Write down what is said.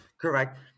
correct